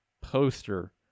poster